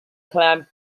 climbed